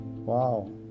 Wow